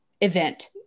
event